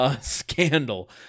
Scandal